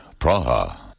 Praha